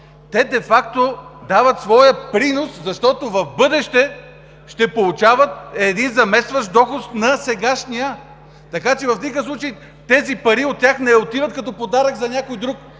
Те де факто дават своя принос, защото в бъдеще ще получават един заместващ доход на сегашния. Така че в никакъв случай тези пари от тях не отиват като подарък за някой друг.